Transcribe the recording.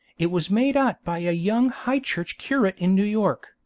it was made out by a young high church curate in new york,